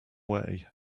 way